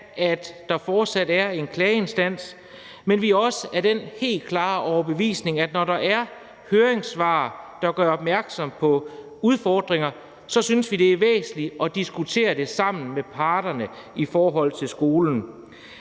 at der fortsat er en klageinstans, men vi er også af den helt klare overbevisning, at når der er høringssvar, der gør opmærksom på udfordringer, så synes vi, det er væsentligt at diskutere det sammen med parterne i forhold til skolen.